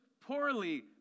poorly